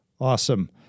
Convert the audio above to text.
Awesome